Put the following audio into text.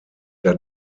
der